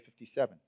57